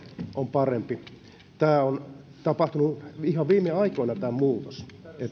on parempi on tapahtunut ihan viime aikoina tämä muutos että